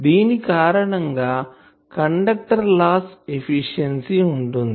దీని కారణం గా కండక్టర్ లాస్ ఎఫిషియన్సీ ఉంటుంది